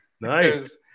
nice